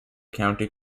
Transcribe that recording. county